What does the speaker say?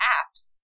apps